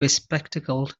bespectacled